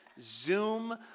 Zoom